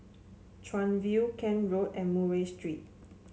Chuan View Kent Road and Murray Street